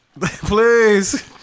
please